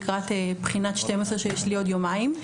לקראת בחינת 12 שיש לי עוד יומיים,